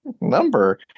number